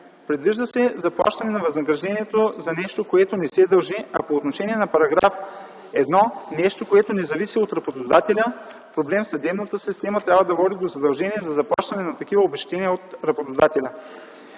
Предвижда се заплащане на възнаграждение за нещо, което не се дължи, а по отношение на § 1 – нещо, което не зависи от работодателя, проблем в съдебната система трябва да води до задължение за плащане на такива обезщетения от работодателя.